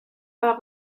war